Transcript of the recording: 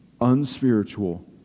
unspiritual